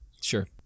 Sure